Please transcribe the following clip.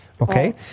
Okay